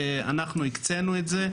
אנחנו הקצנו את זה,